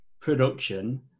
production